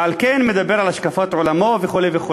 ועל כן הוא מדבר על השקפת עולמו וכו' וכו'.